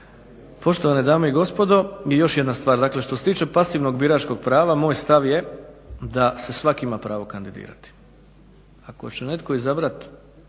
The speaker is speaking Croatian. Poštovane dame i gospodo. I još jedna stvar, dakle što se tiče pasivnog biračkog prava moj stav je da se svak ima pravo kandidirati. Ako će netko izabrati